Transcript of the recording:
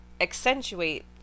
accentuate